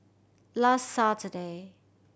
last Saturday